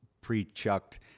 pre-chucked